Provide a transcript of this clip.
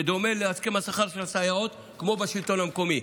שדומה להסכם השכר של הסייעות, כמו בשלטון המקומי.